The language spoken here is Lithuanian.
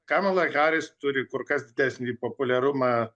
kamala harris turi kur kas didesnį populiarumą